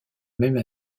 même